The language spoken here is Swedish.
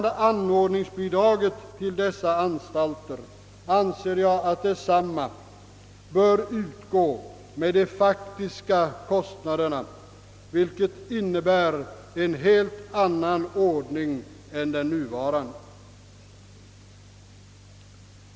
Anordningsbidraget till dessa anstalter bör utgå med de faktiska kostnaderna, vilket innebär en helt annan ordning än den nuvarande.